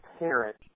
parent